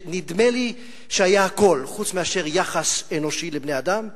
שנדמה לי שהיה הכול חוץ מאשר יחס אנושי לבני-אדם.